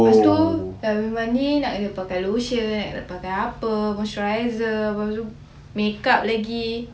lepas tu dah habis mandi nak kena pakai lotion nak kena pakai apa moisturiser lepas tu makeup lagi